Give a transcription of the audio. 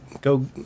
go